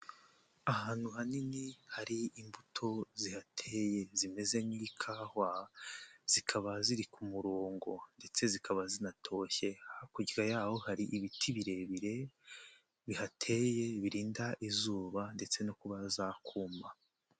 Ahantu hanini hari imbuto zihateye zimeze nk'ikawa, zikaba ziri ku murongo ndetse zikaba zinatoshye, hakurya y'aho hari ibiti birebire bihateye birinda izuba ndetse no kuba zakuma.